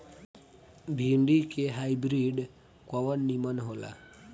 भिन्डी के हाइब्रिड कवन नीमन हो ला?